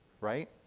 Right